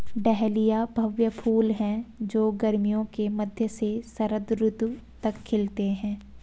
dahlia भव्य फूल हैं जो गर्मियों के मध्य से शरद ऋतु तक खिलते हैं